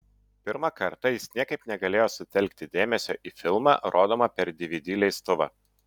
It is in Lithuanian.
pirmą kartą jis niekaip negalėjo sutelkti dėmesio į filmą rodomą per dvd leistuvą